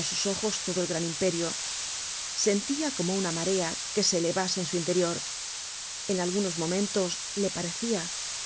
á sus ojos todo el gran imperio sentia como una marea que se elevase en su interior en algunos momentos le parecia